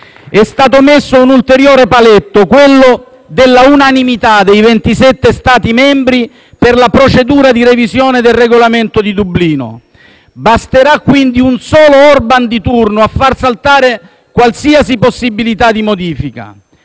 È stato messo un ulteriore paletto, quello della unanimità dei 27 Stati membri, per la procedura di revisione del Regolamento di Dublino. Basterà quindi un solo Orban di turno a far saltare qualsiasi possibilità di modifica.